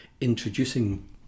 introducing